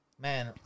Man